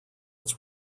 its